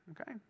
Okay